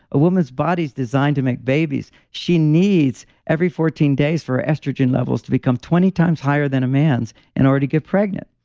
a woman's body's designed to make babies. she needs every fourteen days for estrogen levels to become twenty times higher than a man's in order to get pregnant.